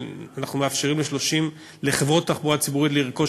אנחנו מאפשרים לחברות תחבורה ציבורית לרכוש